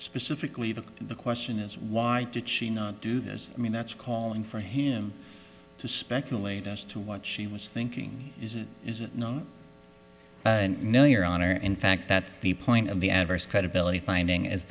specifically the question is why did she not do this i mean that's calling for him to speculate as to what she was thinking no your honor in fact that's the point of the adverse credibility finding is